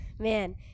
Man